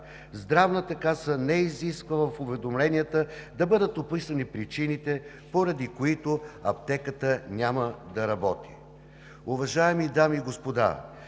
Здравната каса не изисква в уведомленията да бъдат описани причините, поради които аптеката няма да работи. Уважаеми дами и господа,